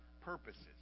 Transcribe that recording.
purposes